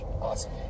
Awesome